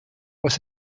was